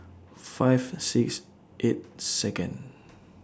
five six eight Second